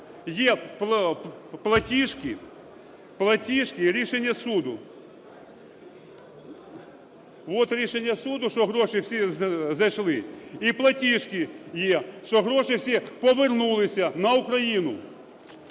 є платіжки і рішення суду. Вот рішення суду, що гроші всі зайшли, і платіжки є, що гроші всі повернулися на Україну.